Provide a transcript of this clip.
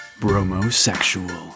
bromosexual